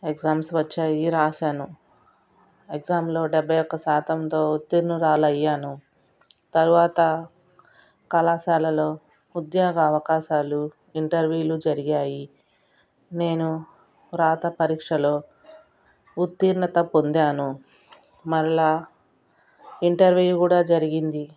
exams వచ్చాయి రాసాను ఎగ్జామ్లో డెబ్బై ఒక్క శాతంతో ఉత్తీర్నురాలయ్యాను తరువాత కళాశాలలో ఉద్యోగావకాశాలు ఇంటర్వ్యూలు జరిగాయి నేను రాత పరీక్షలో ఉత్తీర్ణత పొందాను మరలా ఇంటర్వ్యూ కూడా జరిగింది